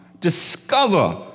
discover